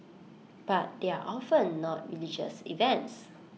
but they are often not religious events